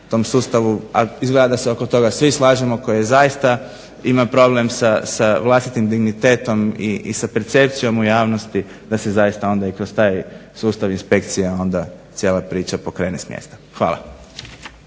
tom sustavu a izgleda da se svi oko toga slažemo koji je zasita ima problem sa vlastitim dignitetom i sa percepcijom u javnosti da se onda i kroz taj sustav inspekcije onda cijela priča pokrene s mjesta. Hvala.